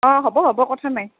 অ' হ'ব হ'ব কথা নাই